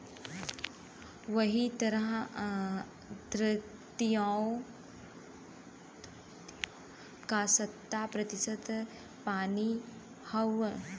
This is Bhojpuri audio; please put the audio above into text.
वही तरह द्धरतिओ का सत्तर प्रतिशत पानी हउए